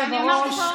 כבוד היושב-ראש,